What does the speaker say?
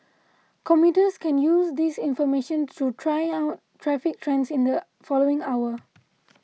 commuters can use this information to try out traffic trends in the following hour